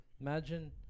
Imagine